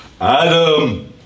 Adam